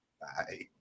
Bye